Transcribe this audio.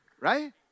right